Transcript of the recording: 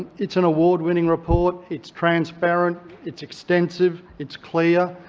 it's an award-winning report. it's transparent. it's extensive. it's clear.